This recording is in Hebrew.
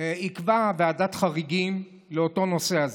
יקבע ועדת חריגים לנושא הזה.